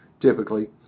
typically